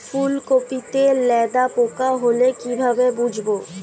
ফুলকপিতে লেদা পোকা হলে কি ভাবে বুঝবো?